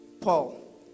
Paul